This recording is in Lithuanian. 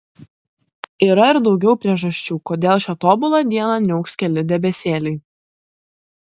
yra ir daugiau priežasčių kodėl šią tobulą dieną niauks keli debesėliai